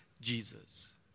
Jesus